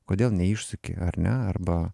kodėl neišsisuki ar ne arba